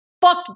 fuck